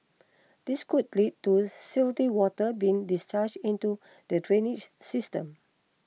this could lead to silty water being discharged into the drainage system